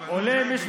(אומר בערבית